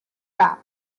wrap